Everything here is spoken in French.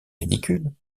ridicules